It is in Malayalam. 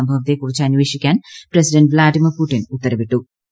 സംഭവത്തെക്കുറിച്ച് അന്വേഷിക്കാൻ പ്രസിഡന്റ് വ്ളാഡിമിർ പുടിൻ ഉത്ത്രവിട്ടു്